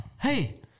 Hey